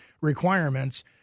requirements